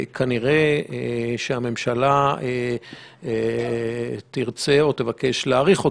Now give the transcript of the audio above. כנראה שהממשלה תרצה או תבקש להאריך אותו.